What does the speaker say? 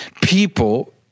people